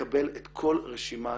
לקבל את כל רשימת